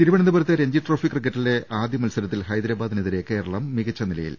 തിരുവന്തപുരത്ത് രഞ്ജിട്രോഫി ക്രിക്കറ്റിലെ ആദ്യമത്സ രത്തിൽ ഹൈദരാബാദിനെതിരെ കേരളം മികച്ച നിലയിൽ